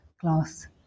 class